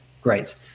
Great